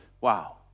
Wow